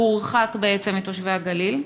הורחק בעצם מתושבי הגליל?